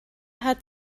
hat